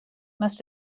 must